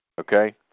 Okay